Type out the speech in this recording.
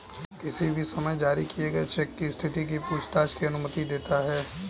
किसी भी समय जारी किए चेक की स्थिति की पूछताछ की अनुमति देता है